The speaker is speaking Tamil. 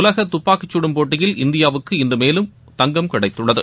உலக தப்பாக்கிச்சுடும் போட்டியில் இந்தியாவுக்கு இன்று மேலும் தங்கம் கிடைத்துள்ளது